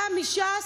אתה מש"ס,